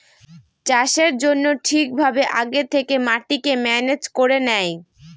চাষের জন্য ঠিক ভাবে আগে থেকে মাটিকে ম্যানেজ করে নেয়